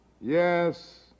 Yes